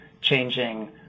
changing